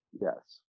Yes